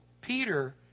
Peter